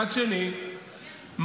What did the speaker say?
מצד שני,